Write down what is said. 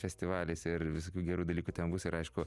festivalis ir visokių gerų dalykų ten bus ir aišku